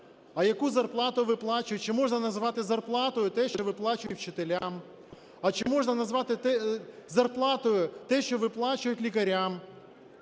А яку зарплату виплачують? Чи можна назвати зарплатою те, що виплачують вчителям? А чи можна назвати зарплатою те, що виплачують лікарям?